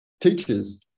Teachers